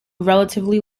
relatively